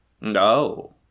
No